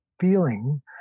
feeling